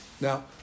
Now